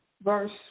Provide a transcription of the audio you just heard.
verse